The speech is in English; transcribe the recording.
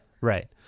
right